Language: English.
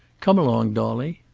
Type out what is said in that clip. come along, dolly.